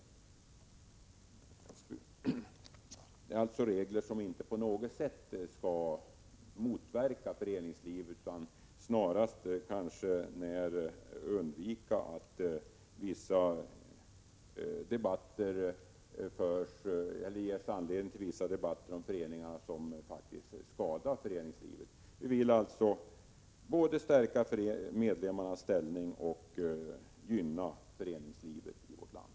Syftet är alltså inte att reglerna på något sätt skall motverka föreningslivet, utan det är snarast fråga om att undvika att det ges anledning till vissa debatter om föreningarna som faktiskt skadar föreningslivet. Vi vill alltså både stärka medlemmarnas ställning och gynna föreningslivet i vårt land.